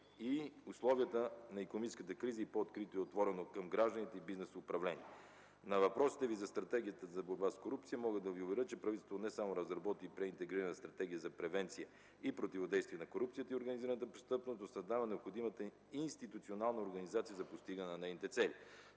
в условията на икономическата криза са по-открити и отворени към гражданите и бизнес управлението. На въпросите Ви за стратегията за борба с корупцията мога да ви уверя, че правителството не само разработи и прие интегрирана стратегия за превенция и противодействие на корупцията и организираната престъпност за създаване на необходимата институционална организация за постигане на нейните цели